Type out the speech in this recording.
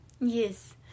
Yes